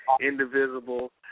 indivisible